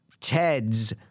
Ted's